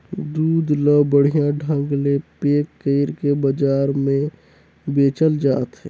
दूद ल बड़िहा ढंग ले पेक कइरके बजार में बेचल जात हे